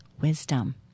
wisdom